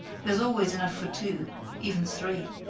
there's always enough for two even three.